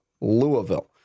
Louisville